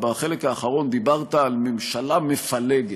בחלק האחרון דיברת על ממשלה מפלגת.